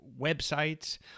websites